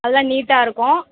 நல்லா நீட்டாக இருக்கும்